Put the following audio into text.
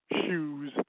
Shoes